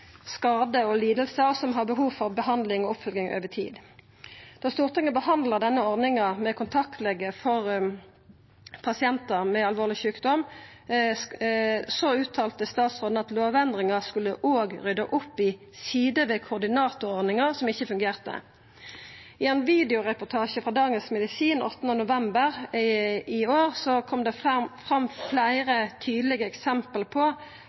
skade og lidingar som har behov for behandling og oppfølging over tid. Da Stortinget behandla denne ordninga med kontaktlege for pasientar med alvorleg sjukdom, uttalte statsråden at lovendringa òg skulle rydda opp i sider ved koordinatorordninga som ikkje fungerte. I ein videoreportasje frå Dagens Medisin 8. november i år kom det fram fleire tydelege eksempel på